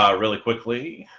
ah really quickly.